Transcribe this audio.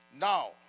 Now